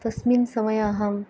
तस्मिन् समये